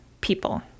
people